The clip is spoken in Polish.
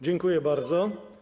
Dziękuję bardzo.